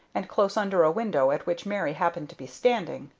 and close under a window at which mary happened to be standing.